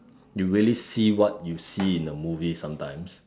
you really see what you see in the movies sometimes